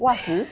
袜子